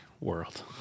world